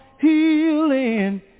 healing